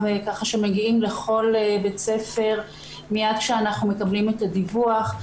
שמגיעים לכל בית ספר מיד כשאנחנו מקבלים את הדיווח.